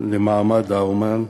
למעמד האומן,